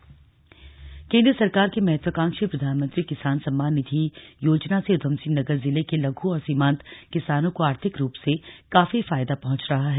PM किसान सम्मान निधि केंद्र सरकार की महत्वकांक्षी प्रधानमंत्री किसान सम्मान निधि योजना से ऊधमसिंह नगर जिले के लघु और सीमांत किसानों को आर्थिक रूप से काफी फायदा पहुंच रहा है